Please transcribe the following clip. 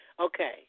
Okay